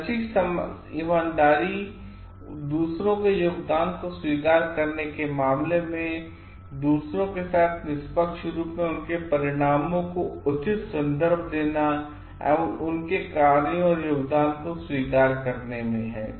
शैक्षिक ईमानदारी दूसरों केयोगदान कोस्वीकार करने के मामले में दूसरों के साथ निष्पक्ष रूप से उनके परिणामों को उचित संदर्भ देना देना एवं उनके कार्यों अथवा योगदान को स्वीकार करने में है